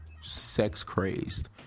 sex-crazed